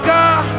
God